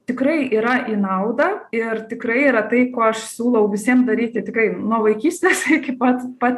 tikrai yra į naudą ir tikrai yra tai kuo aš siūlau visiem daryti tikrai nuo vaikystės iki pat pat